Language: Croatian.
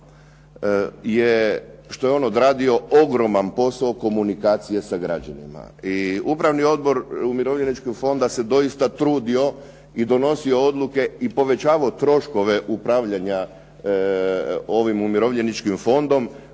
što je on odradio ogroman posao komunikacije sa građanima. I Upravni odbor umirovljeničkog fonda se doista trudio i donosio odluke i povećavao troškove upravljanja ovim umirovljeničkim fondom